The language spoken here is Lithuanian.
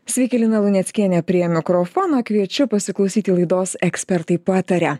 sveiki lina luneckienė prie mikrofono kviečiu pasiklausyti laidos ekspertai pataria